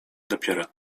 dopiero